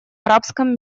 арабском